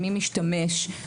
מי משתמש,